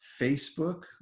Facebook